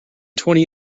twenty